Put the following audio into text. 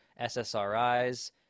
SSRIs